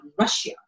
Russia